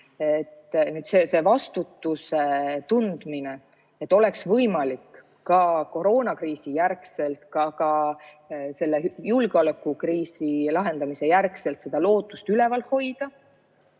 tunda] vastutust, et oleks võimalik ka koroonakriisi järel, ka selle julgeolekukriisi lahendamise järel seda lootust üleval hoida